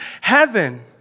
heaven